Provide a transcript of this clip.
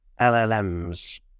LLMs